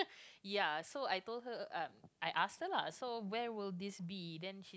ya so I told her uh I asked her lah so where will this be then